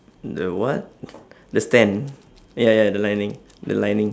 the what the stand eh ya ya the lining the lining